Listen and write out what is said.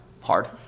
Hard